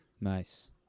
Nice